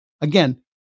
Again